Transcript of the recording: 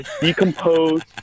decomposed